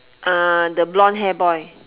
uh the blonde hair boy